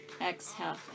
exhale